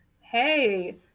Hey